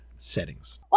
Settings